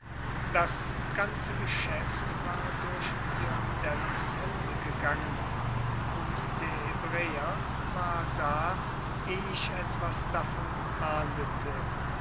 das ganze geschäft war durch biondellos hände gegangen und der ebräer war da eh ich etwas davon ahndete